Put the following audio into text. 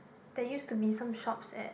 there used to be some shops that